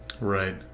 Right